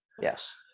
Yes